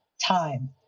Time